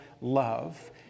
love